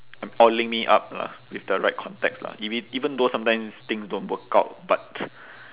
oiling me up lah with the right contacts lah if it even though sometimes things don't work out but